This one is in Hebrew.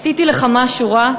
עשיתי לך משהו רע?